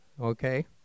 Okay